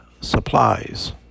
supplies